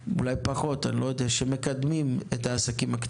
אנשים שמקדמים את העסקים.